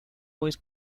always